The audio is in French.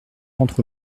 rentre